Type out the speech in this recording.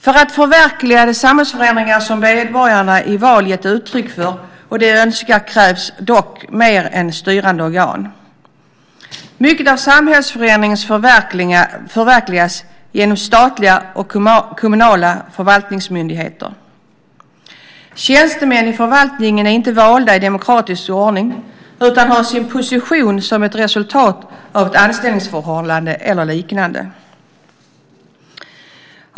För att förverkliga de samhällsförändringar som medborgarna i val gett uttryck för och önskar krävs dock mer än styrande organ. Mycket av samhällsförändringarna förverkligas genom statliga och kommunala förvaltningsmyndigheter. Tjänstemän i förvaltningen är inte valda i demokratisk ordning utan har sin position som ett resultat av ett anställningsförhållande eller liknande.